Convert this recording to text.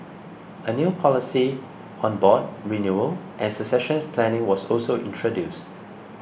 a new policy on board renewal and succession planning was also introduced